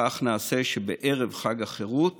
כך נעשה שבערב חג החירות